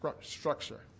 structure